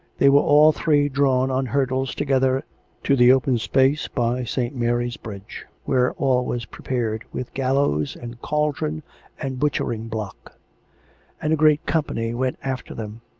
they were all three drawn on hurdles together to the open space by st. mary's bridge, where all was prepared, with gallows and cauldron and butchering block and a great company went after them.